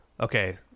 okay